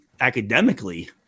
academically